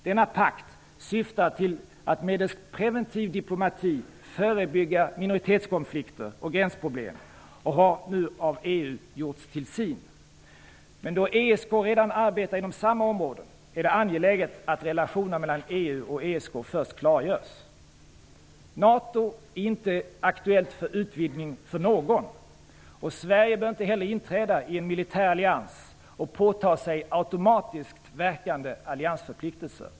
Denna pakt, som syftar till att medelst preventiv diplomati förebygga minoritetskonflikter och gränsproblem, har nu av EU gjorts till sin. Då ESK redan arbetar inom samma områden, är det dock angeläget att relationerna mellan EU och ESK först klargörs. NATO är inte aktuellt för utvidgning för någon. Sverige bör inte heller inträda i en militär allians och påta sig automatiskt verkande alliansförpliktelser.